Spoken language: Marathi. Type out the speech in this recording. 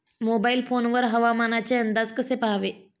मोबाईल फोन वर हवामानाचे अंदाज कसे पहावे?